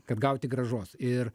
kad gauti grąžos ir